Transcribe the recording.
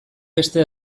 beste